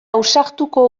ausartuko